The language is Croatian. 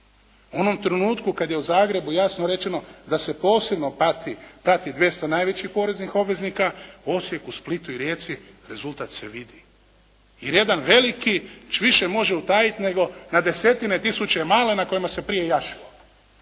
U onom trenutku kad je u Zagrebu jasno rečeno da se posebno prati 200 najvećih poreznih obveznika, u Osijeku, Splitu i Rijeci rezultat se vidi. Jer jedan veliki više može utajiti nego na desetine tisuće male na kojima se prije jašilo.